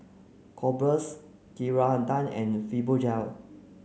Kordel's Ceradan and Fibogel